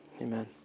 amen